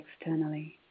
externally